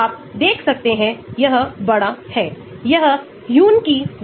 hydrophobic प्रतिस्थापन के लिए गतिविधि बढ़ जाती है विशेष रूप से यहां Y रिंगकी